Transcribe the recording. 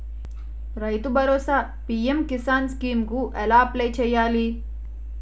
రైతు భరోసా PM Kisan scheme కు ఎలా అప్లయ్ చేయాలి?